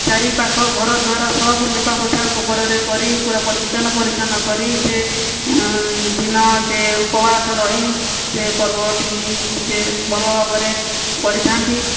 ଚାରିପାଖ ଘରଦ୍ଵାର ସବୁ ଲିପାପୋଛା ଗୋବରରେ କରି ପୁରା ପରିଷ୍କାର ପରିଚ୍ଛନ୍ନ କରି ସେ ଦିନ ସେ ଉପବାସ ରହି ସେ ପର୍ବଟିକି ସେ ଭଲଭାବରେ କରିଥାନ୍ତି